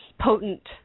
potent